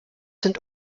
sind